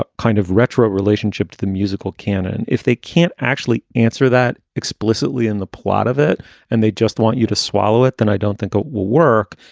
ah kind of retro relationship to the musical canon? if they can't actually answer that explicitly in the plot of it and they just want you to swallow it, then i don't think it ah will work.